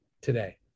today